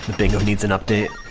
bingo needs an update